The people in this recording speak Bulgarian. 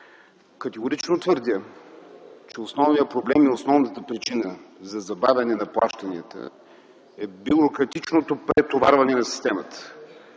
Категорично твърдя, че основният проблем и основната причина за забавяне на плащанията е бюрократичното претоварване на системата.